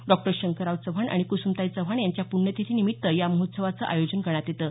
doctor Shankarrao Chavan आणि कुसुमताई चव्हाण यांच्या पुण्यतिथी निमित्त या महोत्सवाचं आयोजन करण्यात येतं